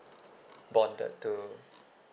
bonded to